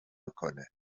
میکنه